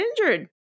injured